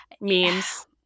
Memes